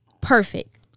Perfect